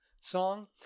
song